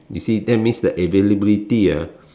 you see that means the availability ah